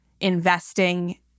investing